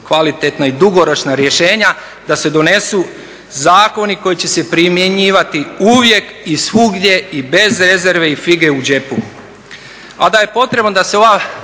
kvalitetna i dugoročna rješenja, da se donesu zakoni koji će se primjenjivati uvijek i svugdje i bez rezerve i fige u džepu.